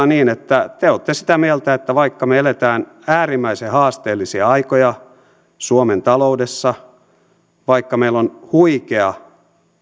niin että te olette sitä mieltä että vaikka me elämme äärimmäisen haasteellisia aikoja suomen taloudessa vaikka meillä on huikea